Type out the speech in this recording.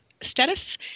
status